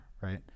Right